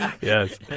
Yes